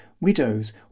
widows